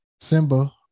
simba